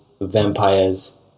vampires